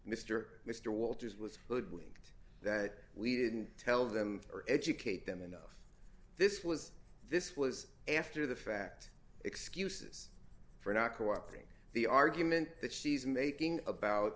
mr mr walters was hoodwinked that we didn't tell them or educate them enough this was this was after the fact excuses for not cooperating the argument that she's making